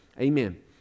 Amen